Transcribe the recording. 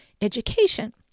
education